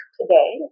today